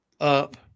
up